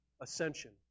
ascension